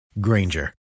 Granger